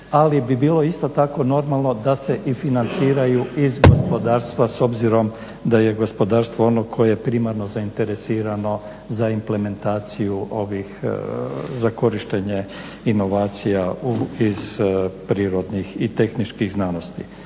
Ali bi bilo isto tako normalno da se i financiraju iz gospodarstva s obzirom da je gospodarstvo ono koje je primarno zainteresirano za implementaciju ovih, za korištenje inovacija iz prirodnih i tehničkih znanosti.